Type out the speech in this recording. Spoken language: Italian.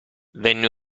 venne